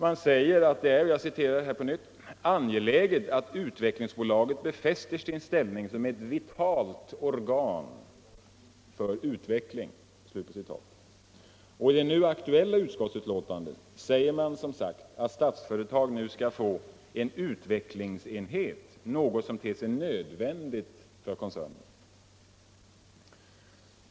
Man säger att det är ”angeläget att utvecklingsbolaget befäster sin ställning som ett vitalt organ för utveckling” , och i det nu aktuella utskottsbetänkandet framhåller man som sagt att Statsföretag nu skall få ”en utvecklingsenhet, något som ter sig nödvändigt för koncernen”.